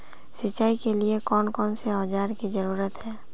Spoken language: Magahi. सिंचाई के लिए कौन कौन से औजार की जरूरत है?